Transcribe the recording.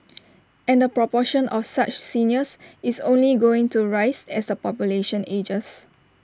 and the proportion of such seniors is only going to rise as the population ages